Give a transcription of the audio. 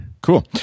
Cool